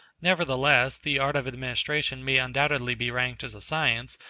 nevertheless, the art of administration may undoubtedly be ranked as a science,